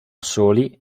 soli